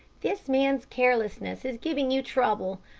this man's carelessness is giving you trouble.